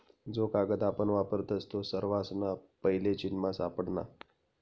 जो कागद आपण वापरतस तो सर्वासना पैले चीनमा सापडना